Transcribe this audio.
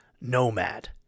Nomad